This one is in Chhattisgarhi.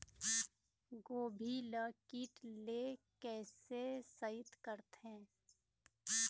गोभी ल कीट ले कैसे सइत करथे?